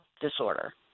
disorder